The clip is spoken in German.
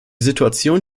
situation